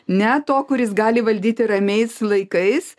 ne to kuris gali valdyti ramiais laikais